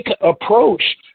approach